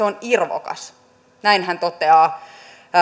on irvokas näin hän toteaa